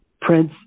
prince